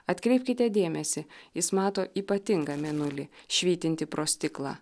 atkreipkite dėmesį jis mato ypatingą mėnulį švytintį pro stiklą